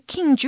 King